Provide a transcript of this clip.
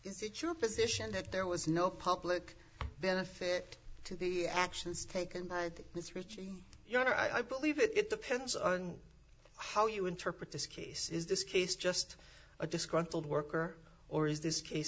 is it your position that there was no public benefit to the actions taken by this ricci your honor i believe it depends on how you interpret this case is this case just a disgruntled worker or is this case